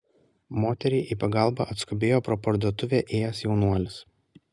moteriai į pagalbą atskubėjo pro parduotuvę ėjęs jaunuolis